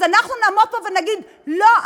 אז אנחנו נעמוד פה ונגיד: לא,